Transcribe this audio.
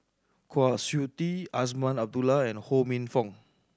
Kwa Siew Tee Azman Abdullah and Ho Minfong